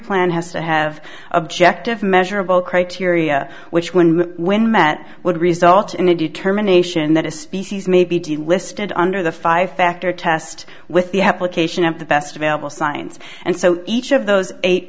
plan has to have objective measurable criteria which when and when met would result in a determination that a species may be delisted under the five factor test with the application of the best available science and so each of those eight